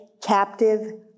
captive